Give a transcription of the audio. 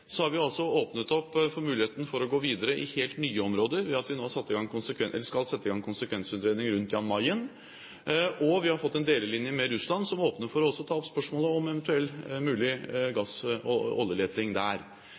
har vi åpnet opp for muligheten for å gå videre i helt nye områder ved at vi nå skal sette i gang konsekvensutredninger av området rundt Jan Mayen, og vi har fått en delelinje med Russland, som åpner for også å ta opp spørsmålet om eventuell mulig gass- og oljeleting der.